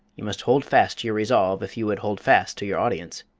you must hold fast to your resolve if you would hold fast to your audience.